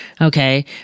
Okay